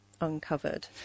uncovered